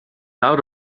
out